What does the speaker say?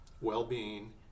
well-being